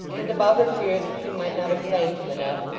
and about her fear that she might not have thanked him enough,